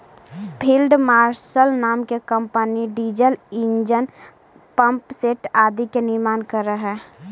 field Marshal नाम के company diesel engine, pumpset आदि के निर्माण करऽ हई